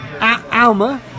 Alma